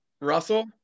Russell